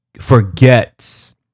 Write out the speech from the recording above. forgets